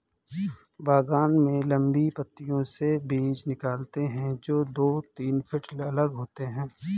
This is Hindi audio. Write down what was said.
बागान में लंबी पंक्तियों से बीज निकालते है, जो दो तीन फीट अलग होते हैं